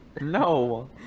No